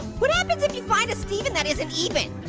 what happens if you find a steven that isn't even?